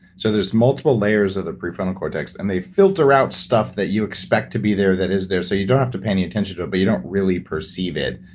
so there's multiple layers of the prefrontal cortex and they filter out stuff that you expect to be there that is there so you don't have to pay any attention to it, but you don't really perceive it.